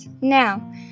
Now